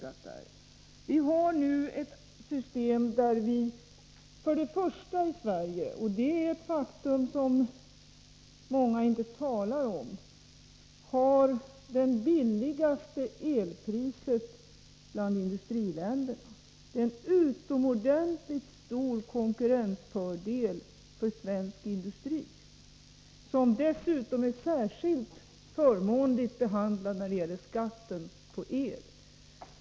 I Sverige har vi ett system som för det första gör att vi har det lägsta elpriset bland industriländerna — det är ett faktum som inte många talar om. Det är en utomordentligt stor konkurrensfördel för svensk industri, som dessutom är särskilt förmånligt behandlad när det gäller skatten på el.